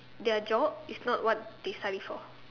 their job is not what they study for